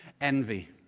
envy